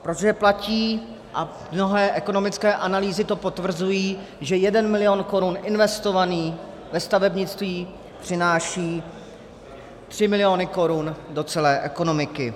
Protože platí, a mnohé ekonomické analýzy to potvrzují, že jeden milion korun investovaný ve stavebnictví přináší tři miliony korun do celé ekonomiky.